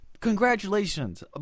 Congratulations